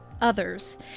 others